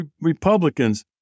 Republicans